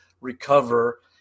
recover